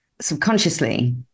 subconsciously